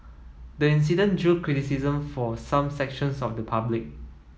the incident drew criticism from some sections of the public